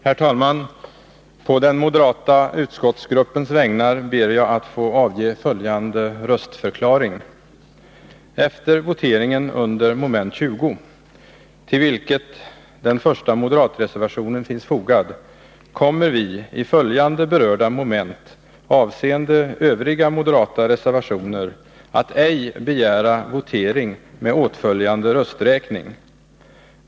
Herr talman! På den moderata utskottsgruppens vägnar ber jag att få avge följande röstförklaring: Efter votering under moment 20, till vilket den första moderatreservationen finns fogad, kommer vi i följande berörda moment avseende övriga moderata reservationer ej att begära votering med åtföljande rösträkning.